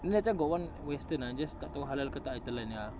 you know that time got one western ah I just tak tahu halal ke tak I telan jer ah